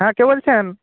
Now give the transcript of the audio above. হ্যাঁ কে বলছেন